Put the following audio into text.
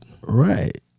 Right